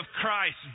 Christ